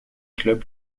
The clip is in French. club